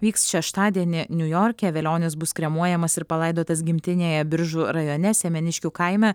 vyks šeštadienį niujorke velionis bus kremuojamas ir palaidotas gimtinėje biržų rajone semeniškių kaime